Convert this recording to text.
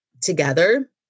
together